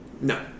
No